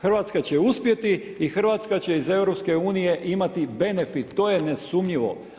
Hrvatska će uspjeti i Hrvatska će iz EU imati benefit, to je nesumnjivo.